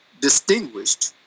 distinguished